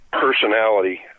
personality